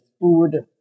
food